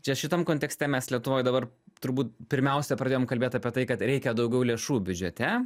čia šitam kontekste mes lietuvoj dabar turbūt pirmiausia pradėjom kalbėt apie tai kad reikia daugiau lėšų biudžete